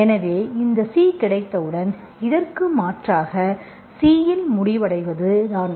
எனவே இந்த C கிடைத்தவுடன் இதற்கு மாற்றாக C இல் முடிவடைவது தான்